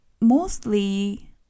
mostly